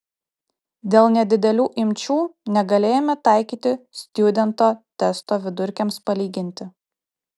dėl nedidelių imčių negalėjome taikyti stjudento testo vidurkiams palyginti